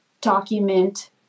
document